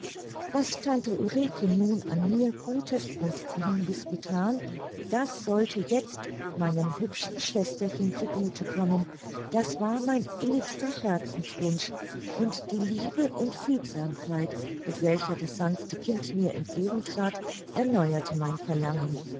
was tante ulrike nun an mir gutes und liebes gethan das sollte jetzt meinem hübschen schwesterchen zu gute kommen das war mein innigster herzenswunsch und die liebe und fügsamkeit mit welcher das sanfte kind mir entgegentrat erneuerte mein verlangen